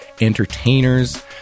entertainers